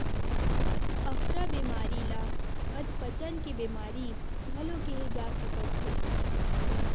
अफरा बेमारी ल अधपचन के बेमारी घलो केहे जा सकत हे